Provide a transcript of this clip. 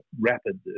rapid